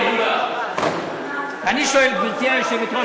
גברתי היושבת-ראש,